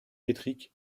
métrique